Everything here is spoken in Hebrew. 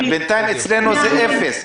בינתיים אצלכם זה אפס.